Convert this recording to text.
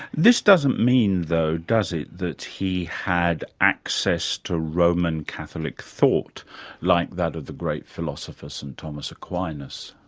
this doesn't mean, though, does it, that he had access to roman catholic thought like that of the great philosopher st thomas aquinas?